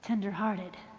tender hearted